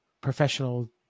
professional